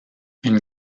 une